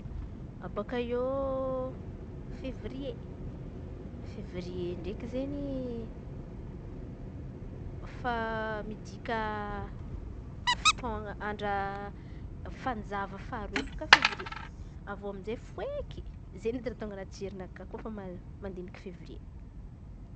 Bôaka eo fevrie. Fevrie ndraiky izen̈y efa midika fotôan̈a andra fanjava faharoe eky bôaka fevrie. Avy eo amizay foiky zay raha tonga anaty jerinakà rehefa ma- mandin̈iky fevrie.